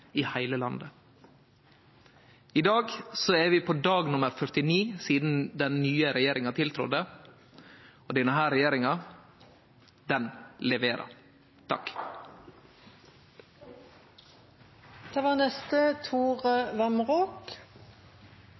i heile landet. I dag er vi på dag nr. 49 sidan den nye regjeringa tiltredde, og denne regjeringa leverer.